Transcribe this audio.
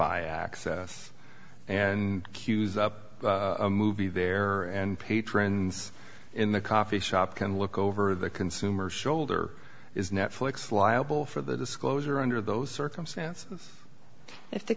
i access and cues up a movie there and patrons in the coffee shop can look over the consumer's shoulder is netflix liable for the disclosure under those circumstances if the